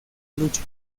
lucha